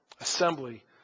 assembly